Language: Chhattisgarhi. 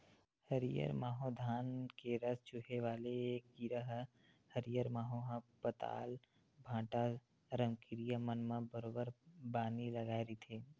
हरियर माहो धान के रस चूसे वाले ऐ कीरा ह हरियर माहो ह पताल, भांटा, रमकरिया मन म बरोबर बानी लगाय रहिथे